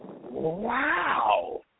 wow